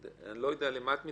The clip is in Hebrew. ואני לא יודע למה את מתכוונת.